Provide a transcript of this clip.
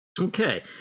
okay